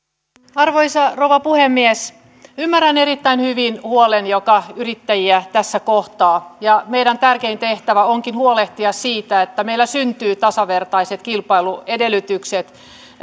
arvoisa rouva puhemies ymmärrän erittäin hyvin huolen joka yrittäjiä tässä kohtaa ja meidän tärkein tehtävämme onkin huolehtia siitä että meillä syntyy tasavertaiset kilpailuedellytykset